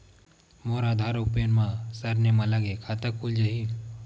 मोर आधार आऊ पैन मा सरनेम अलग हे खाता खुल जहीं?